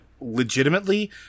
legitimately